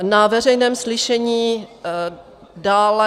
Na veřejném slyšení dále...